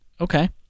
Okay